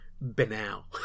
banal